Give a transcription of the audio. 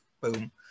boom